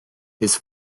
his